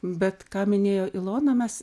bet ką minėjo ilona mes